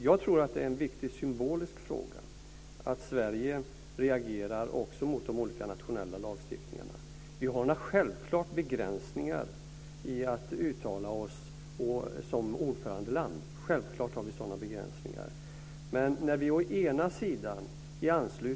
Jag tror att det är en viktig symbolisk fråga att Sverige reagerar också mot de olika nationella lagstiftningarna. Vi har självklart begränsningar i fråga om att uttala oss som ordförandeland.